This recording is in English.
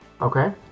Okay